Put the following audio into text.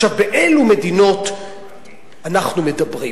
באילו מדינות אנחנו מדברים?